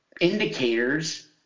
indicators